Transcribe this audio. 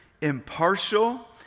impartial